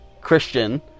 Christian